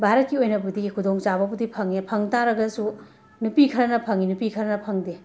ꯚꯥꯔꯠꯀꯤ ꯑꯣꯏꯅꯕꯨꯗꯤ ꯈꯨꯗꯣꯡꯆꯥꯕꯕꯨꯗꯤ ꯐꯉꯦ ꯐꯪꯕ ꯇꯥꯔꯒꯁꯨ ꯅꯨꯄꯤ ꯈꯔꯅ ꯐꯪꯏ ꯅꯨꯄꯤ ꯈꯔꯅ ꯐꯪꯗꯦ